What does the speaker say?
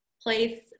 place